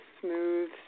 smooth